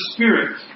Spirit